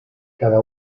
cada